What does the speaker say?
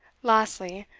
lastly,